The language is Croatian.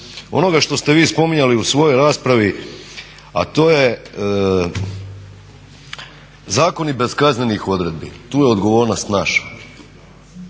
Onoga što ste vi spominjali u svojoj raspravi a to je zakoni bez kaznenih odredbi. Tu je odgovornost naša.